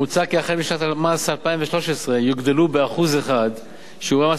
מוצע כי החל בשנת המס 2013 יוגדלו ב-1% שיעורי מס